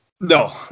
No